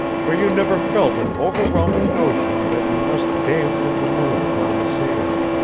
for you never felt an overwhelming notion that you must dance in the moon upon the sand.